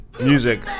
music